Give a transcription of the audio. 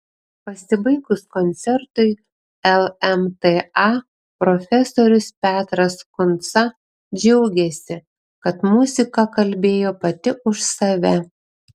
pasibaigus koncertui lmta profesorius petras kunca džiaugėsi kad muzika kalbėjo pati už save